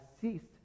ceased